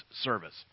service